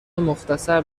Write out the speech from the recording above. مختصر